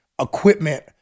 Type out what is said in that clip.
equipment